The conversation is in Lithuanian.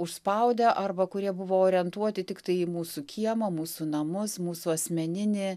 užspaudę arba kurie buvo orientuoti tiktai į mūsų kiemą mūsų namus mūsų asmeninį